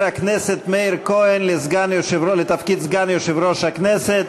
הכנסת מאיר כהן לתפקיד סגן יושב-ראש הכנסת.